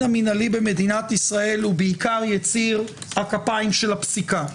המינהלי במדינת ישראל הוא בעיקר יציר הכפיים של הפסיקה,